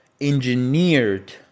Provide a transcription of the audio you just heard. engineered